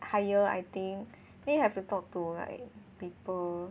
higher I think then you have to talk to like people